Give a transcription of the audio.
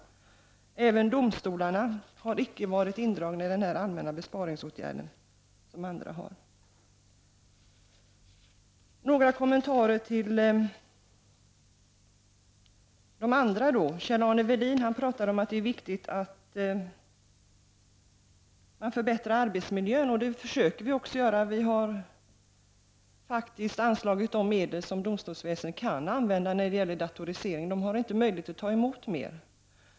Inte heller domstolarna har varit indragna i de allmänna besparingsåtgärder som drabbat andra områden. Några kommentarer till vad andra har sagt. Kjell-Arne Welin talade om att det är viktigt att förbättra arbetsmiljön. Det försöker vi också göra. Vi har faktiskt anslagit de medel som domstolsväsendet kan använda när det gäller datorisering.